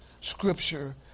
Scripture